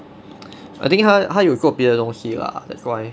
I think 他他有做别的东西 lah that's why